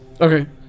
Okay